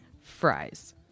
fries